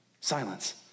silence